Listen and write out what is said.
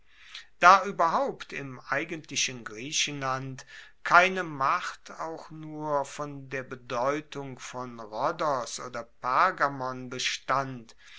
da ueberhaupt im eigentlichen griechenland keine macht auch nur von der bedeutung von rhodos oder pergamon bestand